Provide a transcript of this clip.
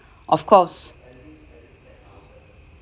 of course